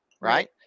right